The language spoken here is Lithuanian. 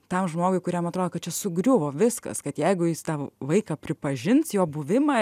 tam žmogui kuriam atrodo kad čia sugriuvo viskas kad jeigu jis tą vaiką pripažins jo buvimą